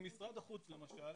עם משרד החוץ למשל